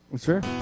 Sure